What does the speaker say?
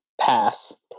pass